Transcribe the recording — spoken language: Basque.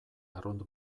arrunt